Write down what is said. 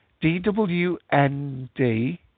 d-w-n-d